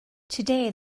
today